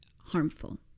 harmful